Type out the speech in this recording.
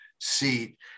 seat